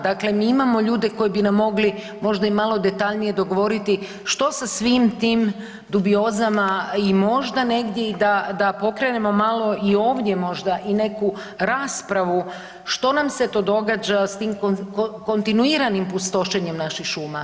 Dakle, mi imamo ljude koji bi nam mogli možda malo detaljnije dogovoriti što sa svim tim dubiozama i možda negdje da pokrenemo malo i ovdje možda i neku raspravu što nam se to događa s tim kontinuiranim pustošenjem naših šuma.